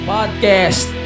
Podcast